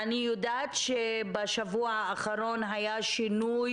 אני יודעת שבשבוע האחרון היה שינוי